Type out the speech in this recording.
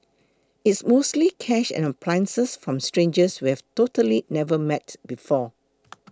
it's mostly cash and appliances from strangers we have totally never met before